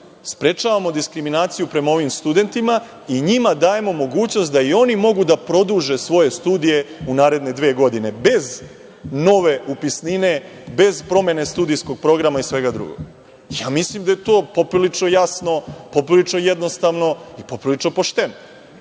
Sprečavamo diskriminaciju prema ovim studentima i njima dajemo mogućnost da i oni mogu da produže svoje studije u naredne dve godine bez nove upisnine, bez promene studijskog programa i svega drugog. Mislim da je to poprilično jasno, poprilično jednostavno, poprilično pošteno.